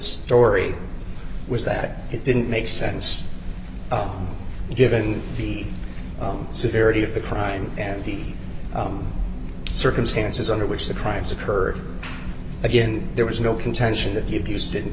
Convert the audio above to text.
story was that it didn't make sense given the severity of the crime and the circumstances under which the crimes occur again there was no contention that the abuse didn't